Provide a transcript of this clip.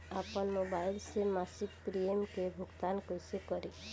आपन मोबाइल से मसिक प्रिमियम के भुगतान कइसे करि?